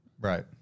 Right